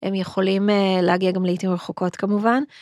הם יכולים להגיע גם לעיתים רחוקות כמובן.